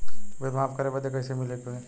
Bill माफ करे बदी कैसे मिले के होई?